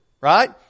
right